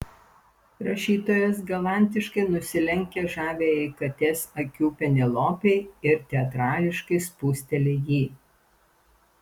rašytojas galantiškai nusilenkia žaviajai katės akių penelopei ir teatrališkai spusteli jį